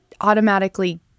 automatically